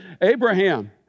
Abraham